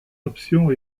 options